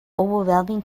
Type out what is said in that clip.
overwhelming